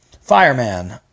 fireman